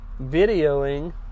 videoing